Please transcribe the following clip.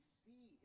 see